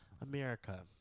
America